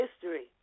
History